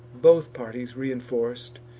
both parties reinforc'd,